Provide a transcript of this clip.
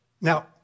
Now